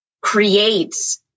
creates